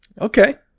Okay